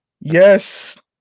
Yes